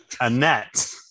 Annette